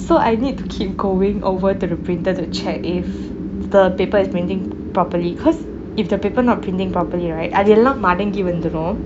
so I need to keep going over to the printer to check if the paper is printing properly cause if the paper not printing properly right அது எல்லாம் மடங்கி வந்திரும்:athu ellam madanki vanthirum